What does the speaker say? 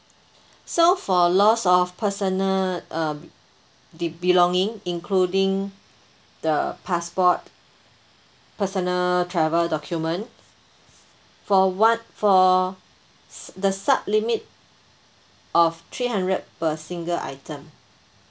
so for loss of personal um the belonging including the passport personal travel document for one for s~ the sub limit of three hundred per single item